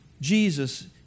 Jesus